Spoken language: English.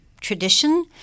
tradition